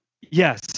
Yes